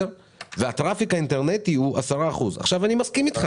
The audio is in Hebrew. והטראפיק האינטרנטי הוא 10%. אני מסכים איתך,